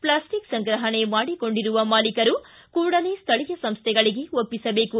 plastic ಸಂಗ್ರಪಣೆ ಮಾಡಿಕೊಂಡಿರುವ ಮಾಲೀಕರು ಕೂಡಲೇ ಸ್ಥಳೀಯ ಸಂಸ್ಥೆಗಳಿಗೆ ಒಪ್ಪಿಸಬೇಕು